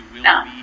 No